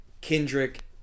Kendrick